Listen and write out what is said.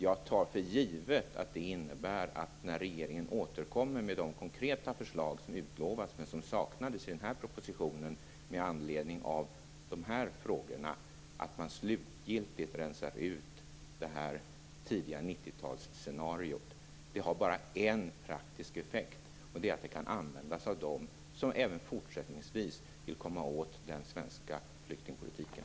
Jag tar för givet att det innebär att man slutgiltigt rensar ut scenariot från tidigt 90-tal när regeringen återkommer med de konkreta förslag som utlovats, men som i just dessa frågor saknades i propositionen. Ett sådant scenario har bara en praktisk effekt: Det kan användas av dem som även fortsättningsvis vill komma åt den svenska flyktingpolitiken.